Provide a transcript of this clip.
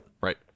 right